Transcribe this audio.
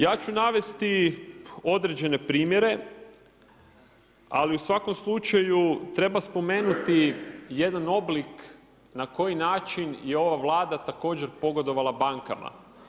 Ja ću navesti određene primjere, ali u svakom slučaju treba spomenuti jedan oblik na koji način je ova Vlada također pogodovala bankama.